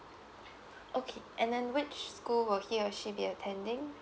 okay and then which school will he or she be attending